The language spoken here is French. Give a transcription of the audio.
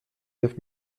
neuf